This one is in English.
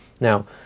Now